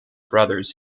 brothers